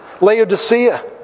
Laodicea